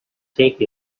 take